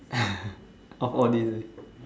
of all days right